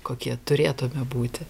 kokie turėtume būti